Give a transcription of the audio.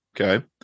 Okay